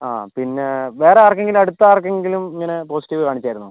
അ പിന്നെ വേറെ ആർക്കെങ്കിലും അടുത്ത ആർക്കെങ്കിലും ഇങ്ങനെ പോസിറ്റീവ് കാണിച്ചായിരുന്നോ